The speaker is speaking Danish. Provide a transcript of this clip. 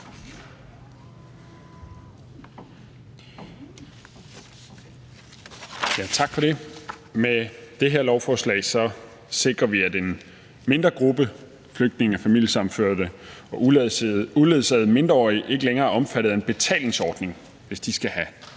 Tak for det. Med det her lovforslag sikrer vi, at en mindre gruppe flygtninge, familiesammenførte og uledsagede mindreårige, ikke længere er omfattet af en betalingsordning, hvis de skal have en